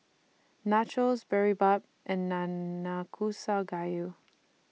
Nachos Boribap and Nanakusa Gayu